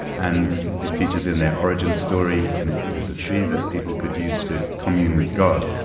and it features in their origin story and it is a tree that people could use to commune with god.